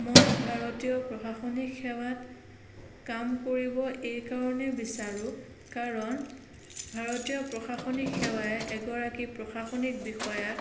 মই ভাৰতীয় প্ৰশাসনিক সেৱাত কাম কৰিব এই কাৰণেই বিচাৰোঁ কাৰণ ভাৰতীয় প্ৰশাসনিক সেৱাই এগৰাকী প্ৰশাসনিক বিষয়াক